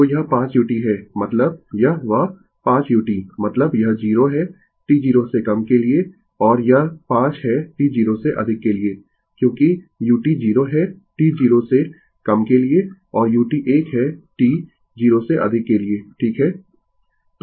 तो यह 5 u है मतलब यह वह 5 u मतलब यह 0 है t 0 से कम के लिए और यह 5 है t 0 से अधिक के लिए क्योंकि u 0 है t 0 से कम के लिए और u 1 है t 0 से अधिक के लिए ठीक है